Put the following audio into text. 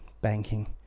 banking